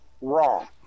wrong